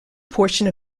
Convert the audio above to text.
portion